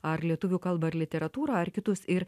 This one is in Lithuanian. ar lietuvių kalbą ir literatūrą ar kitus ir